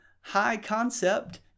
high-concept